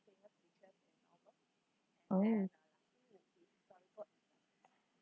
oh